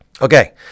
Okay